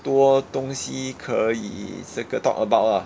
多东西可以这个 talk about lah